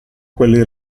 quelli